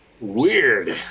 weird